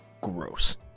Gross